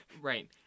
right